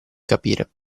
capire